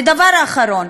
ודבר אחרון,